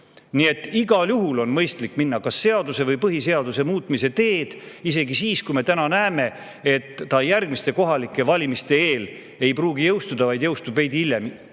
Nii et igal juhul on mõistlik minna kas seaduse või põhiseaduse muutmise teed isegi siis, kui me täna näeme, et see [muudatus] järgmiste kohalike valimiste eel ei pruugi jõustuda, vaid jõustub veidi hiljem,